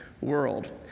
world